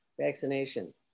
vaccination